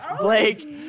Blake